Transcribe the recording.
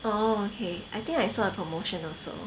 orh okay I think I saw the promotion also